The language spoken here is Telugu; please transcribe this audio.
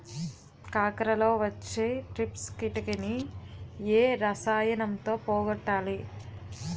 కాకరలో వచ్చే ట్రిప్స్ కిటకని ఏ రసాయనంతో పోగొట్టాలి?